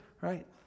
right